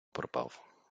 пропав